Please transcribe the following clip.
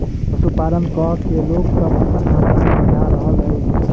पशुपालन क के लोक सभ अपन आमदनी बढ़ा रहल अछि